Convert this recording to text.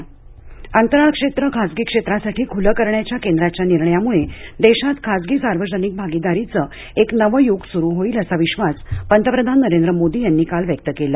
पंतप्रधान अंतराळ क्षेत्र खासगी क्षेत्रासाठी खुलं करण्याच्या केंद्राच्या निर्णयामुळे देशात खासगी सार्वजनिक भागीदारीचं एक नवं युग सुरू होईल असा विश्वास पंतप्रधान नरेंद्र मोदी यांनी काल व्यक्त केला